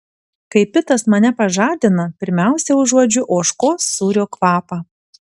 kai pitas mane pažadina pirmiausia užuodžiu ožkos sūrio kvapą